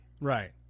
Right